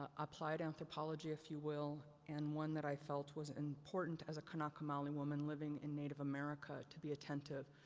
ah applied anthropology if you will. and one that i felt was important as a kanaka maoli woman living in native america. to be attentive,